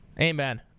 Amen